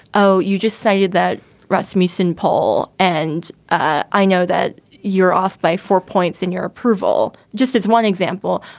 oh, you just cited that rasmussen poll and i know that you're off by four points in your approval. just as one example.